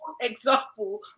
example